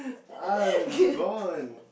I'm gone